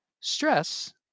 stress